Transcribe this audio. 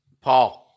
Paul